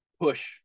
push